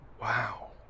wow